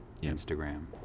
Instagram